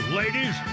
ladies